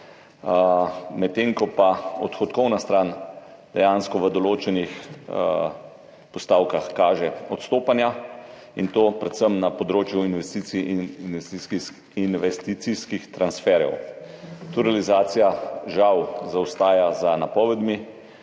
medtem ko odhodkovna stran dejansko v določenih postavkah kaže odstopanja in to predvsem na področju investicij in investicijskih transferjev. Tu realizacija žal zaostaja za napovedmi,